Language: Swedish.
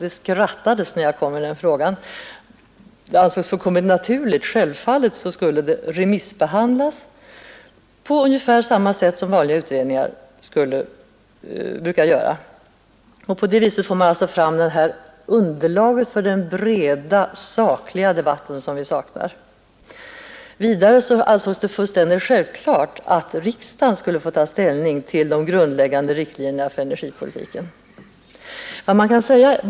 Det skrattades när jag ställde den frågan, eftersom det ansågs fullkomligt naturligt att förslaget skulle remissbehandlas ungefär på samma sätt som när det gäller vanliga utredningar. På det sättet skulle man alltså få fram det underlag för en bred, saklig debatt som vi saknar. Vidare ansågs det fullständigt självklart att riksdagen skulle få ta ställning till de grundläggande riktlinjerna för energipolitiken.